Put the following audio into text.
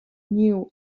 knew